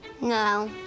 No